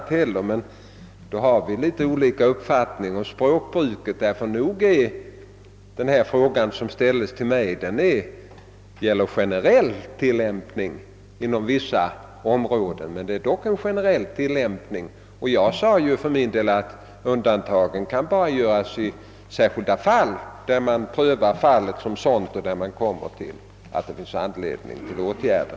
Detta betyder, herr Nilsson, att vi har litet olika uppfattning om språkbruk. Nog avsåg den fråga herr Nilsson ställde till mig en generell tilllämpning inom vissa områden. För min del sade jag, att undantag bara kan göras i vissa fall, där man finner anledning att vidta åtgärder.